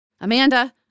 Amanda